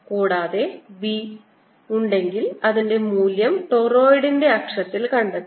കൂടാതെ b ഉണ്ടെങ്കിൽ അതിന്റെ മൂല്യം ടോറോയിഡിന്റെ അക്ഷത്തിൽ കണ്ടെത്തുക